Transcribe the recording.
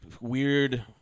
weird